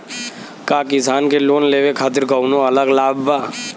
का किसान के लोन लेवे खातिर कौनो अलग लाभ बा?